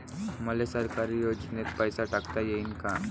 मले सरकारी योजतेन पैसा टाकता येईन काय?